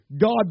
God